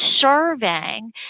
serving